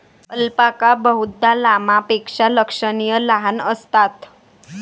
alpaca बहुधा लामापेक्षा लक्षणीय लहान असतात